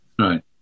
Right